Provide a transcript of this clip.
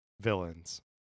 villains